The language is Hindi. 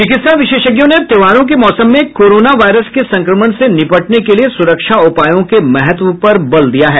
चिकित्सा विशेषज्ञों ने त्योहारों के मौसम में कोरोना वायरस के संक्रमण से निपटने के लिए सुरक्षा उपायों के महत्व पर बल दिया है